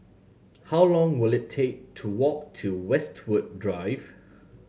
how long will it take to walk to Westwood Drive